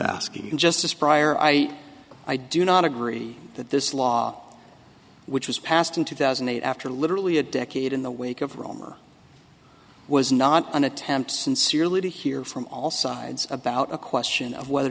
asking just this prior i i do not agree that this law which was passed in two thousand and eight after literally a decade in the wake of aurora was not an attempt sincerely to hear from all sides about a question of whether